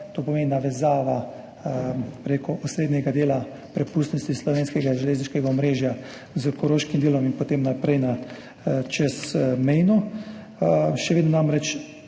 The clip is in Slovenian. To pomeni navezavo prek osrednjega dela prepustnosti slovenskega železniškega omrežja s koroškim delom in potem naprej čez mejo. Še vedno namreč